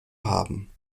haben